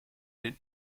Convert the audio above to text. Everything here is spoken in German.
den